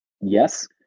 Yes